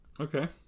Okay